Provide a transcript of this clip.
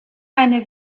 eine